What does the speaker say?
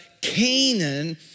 Canaan